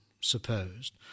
supposed